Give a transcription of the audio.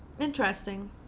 interesting